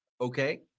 okay